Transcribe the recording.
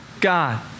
God